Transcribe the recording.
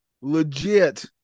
legit